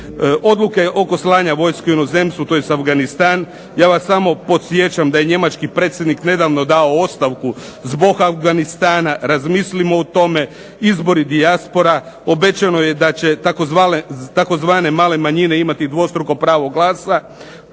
Odluke oko slanja vojske u inozemstvo tj. Afganistan, ja vas samo podsjećam da je njemački predsjednik nedavno dao ostavku zbog Afganistana. Razmislimo o tome. Izbori dijaspora, obećano je da će tzv. "male manjine" imati dvostruko pravo glasa.